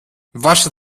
wasze